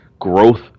growth